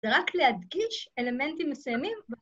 ‫זה רק להדגיש אלמנטים מסיימים.